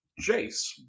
Jace